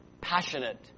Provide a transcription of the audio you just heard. passionate